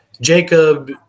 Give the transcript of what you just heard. Jacob